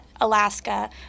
Alaska